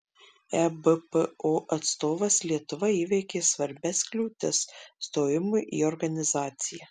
ebpo atstovas lietuva įveikė svarbias kliūtis stojimui į organizaciją